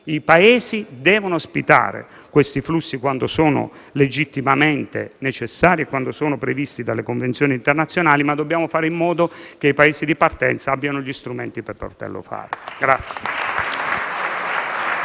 I Paesi devono accogliere questi flussi, quando sono legittimamente necessari e previsti dalle convenzioni internazionali, ma dobbiamo fare in modo che i Paesi di partenza abbiano gli strumenti per poterlo fare.